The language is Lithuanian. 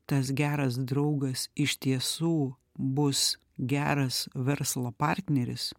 tas geras draugas iš tiesų bus geras verslo partneris